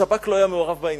השב"כ לא היה מעורב בעניין.